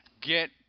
Get